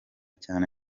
cyane